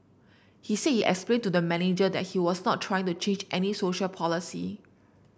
he said he explained to the manager that he was not trying to change any social policy